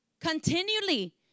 continually